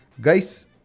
guys